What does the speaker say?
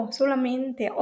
solamente